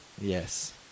Yes